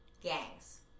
gangs